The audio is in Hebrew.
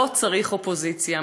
לא צריך אופוזיציה,